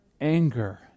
anger